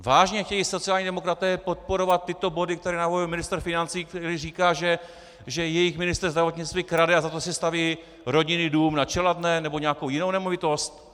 Vážně chtějí sociální demokraté podporovat tyto body, které navrhl ministr financí, který říká, že jejich ministr zdravotnictví krade a za to si staví rodinný dům na Čeladné nebo nějakou jinou nemovitost?